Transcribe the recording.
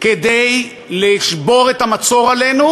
כדי לשבור את המצור עלינו,